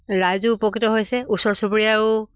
ৰাইজো উপকৃত হৈছে ওচৰ চুবুৰীয়াও